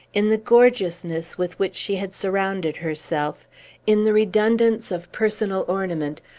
in the gorgeousness with which she had surrounded herself in the redundance of personal ornament,